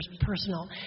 personal